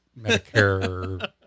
Medicare